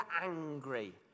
angry